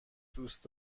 دوست